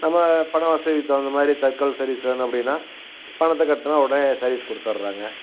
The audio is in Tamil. நம்ம பண வசதிக்குத் தகுந்த மாதிரி தட்கல் சர்வீஸ் வேணும் அப்படினா பணத்தை கட்டினா உடனே சர்வீஸ் கொடுத்தர்றாங்க